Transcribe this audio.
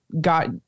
got